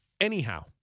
anyhow